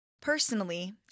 Personally